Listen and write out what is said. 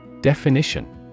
Definition